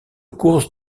course